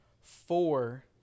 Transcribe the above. four